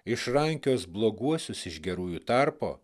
išrankios bloguosius iš gerųjų tarpo